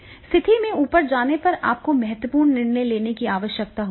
स्थिति में ऊपर जाने पर आपको महत्वपूर्ण निर्णय लेने की आवश्यकता होगी